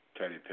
Teddy